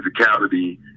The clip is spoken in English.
physicality